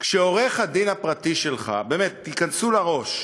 כשעורך-הדין הפרטי שלך, באמת, תיכנסו לראש: